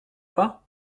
pas